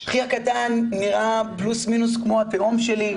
אחי הקטן נראה פלוס מינוס כמו התאום שלי,